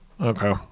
okay